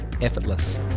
Effortless